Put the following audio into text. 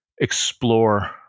explore